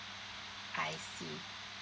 I see